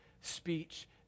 speech